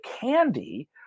candy